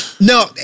No